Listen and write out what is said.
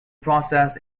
process